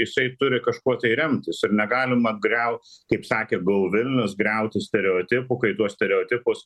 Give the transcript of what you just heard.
jisai turi kažkuo tai remtis ir negalim apgriauti kaip sakė go vilnius griauti stereotipų kai tuos stereotipus